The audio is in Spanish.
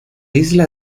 isla